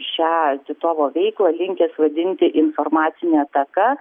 šią titovo veiklą linkęs vadinti informacine ataka